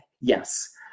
yes